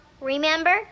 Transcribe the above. Remember